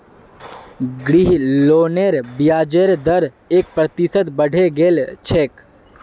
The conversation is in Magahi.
गृह लोनेर ब्याजेर दर एक प्रतिशत बढ़े गेल छेक